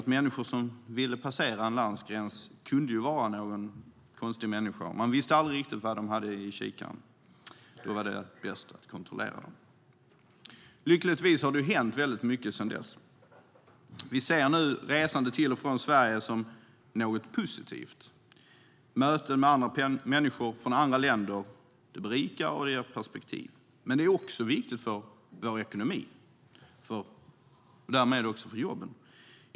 Människor som ville passera en landgräns kunde vara konstiga, och man visste aldrig vad de hade i kikaren. Det var bäst att kontrollera dem. Lyckligtvis har det hänt mycket sedan dess. Vi ser resande till och från Sverige som positivt. Möte med människor från andra länder berikar och ger perspektiv. Det är också viktigt för vår ekonomi och därmed för jobben.